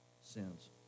sins